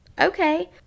okay